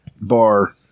bar